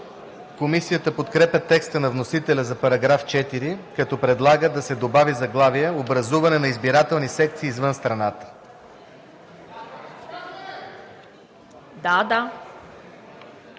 Комисията подкрепя текста на вносителя за § 4, като предлага да се добави заглавие „Образуване на избирателни секции извън страната“.